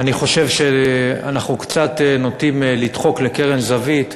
אני חושב שאנחנו קצת נוטים לדחוק לקרן זווית